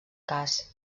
cas